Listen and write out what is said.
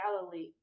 Galilee